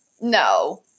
no